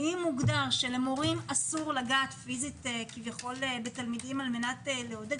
האם מוגדר שלמורים אסור לגעת פיזית כביכול בתלמידים כדי לעודד?